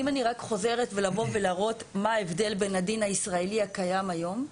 אם אני רק חוזרת להראות מה ההבדל בין הדין הישראלי הקיים היום,